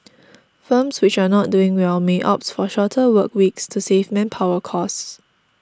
firms which are not doing well may opt for shorter work weeks to save manpower costs